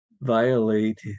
violate